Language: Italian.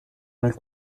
nel